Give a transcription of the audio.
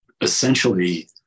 essentially